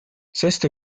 sesto